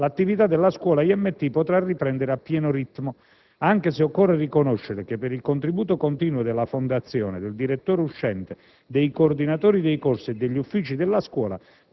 l'attività della Scuola IMT potrà riprendere a pieno ritmo, anche se occorre riconoscere che, per il contributo continuo della fondazione FLAFR, del direttore uscente, dei coordinatori dei corsi e degli uffici della Scuola,